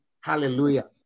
Hallelujah